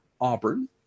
Auburn